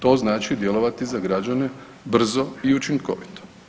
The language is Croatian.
To znači djelovati za građane brzo i učinkovito.